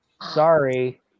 Sorry